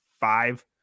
five